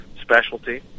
specialty